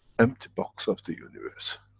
empty box of the universe.